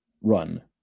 run